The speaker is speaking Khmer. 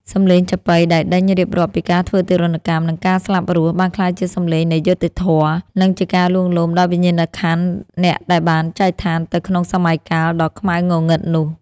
សម្លេងចាប៉ីដែលដេញរៀបរាប់ពីការធ្វើទារុណកម្ម និងការស្លាប់រស់ បានក្លាយជាសម្លេងនៃយុត្តិធម៌ និងជាការលួងលោមដល់វិញ្ញាណក្ខន្ធអ្នកដែលបានចែកឋានទៅក្នុងសម័យកាលដ៏ខ្មៅងងឹតនោះ។